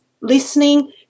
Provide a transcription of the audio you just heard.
listening